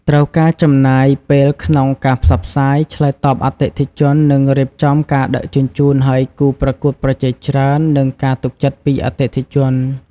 ត្រូវការចំណាយពេលក្នុងការផ្សព្វផ្សាយ ឆ្លើយតបអតិថិជន និងរៀបចំការដឹកជញ្ជូន ហើយគូប្រកួតប្រជែងច្រើន និងការទុកចិត្តពីអតិថិជន។